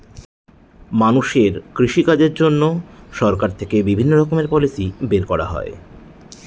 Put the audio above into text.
মানুষের কৃষিকাজের জন্য সরকার থেকে বিভিণ্ণ রকমের পলিসি বের করা হয়